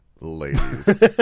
ladies